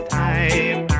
time